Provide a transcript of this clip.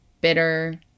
bitter